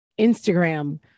Instagram